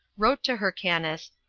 wrote to hyrcanus,